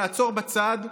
לעצור בצד,